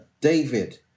David